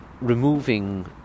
removing